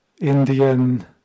Indian